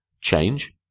Change